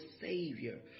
Savior